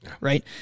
right